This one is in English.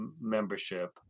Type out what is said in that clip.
membership